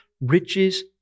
riches